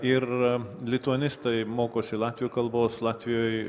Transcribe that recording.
ir lituanistai mokosi latvių kalbos latvijoj